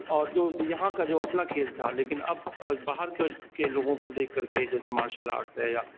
اور جو د یہاں کا جو اپنا کھیل تھا لیکن اب باہر کے کے لوگوں کو دیکھ کر کے جیسے مارشل آرٹس ہے یا